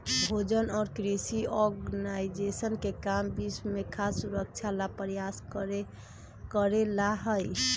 भोजन और कृषि ऑर्गेनाइजेशन के काम विश्व में खाद्य सुरक्षा ला प्रयास करे ला हई